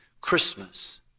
Christmas